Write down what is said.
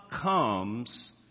comes